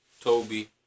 Toby